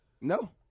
No